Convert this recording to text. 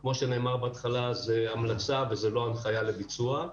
כמו שנאמר בהתחלה זו המלצה ולא הנחיה לביצוע.